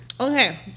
Okay